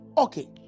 Okay